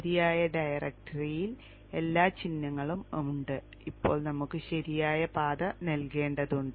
ശരിയായ ഡയറക്ടറിയിൽ എല്ലാ ചിഹ്നങ്ങളും ഉണ്ട് ഇപ്പോൾ നമുക്ക് ശരിയായ പാത നൽകേണ്ടതുണ്ട്